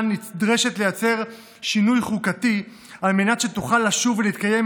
נדרשת לייצר שינוי חוקתי על מנת שתוכל לשוב ולהתקיים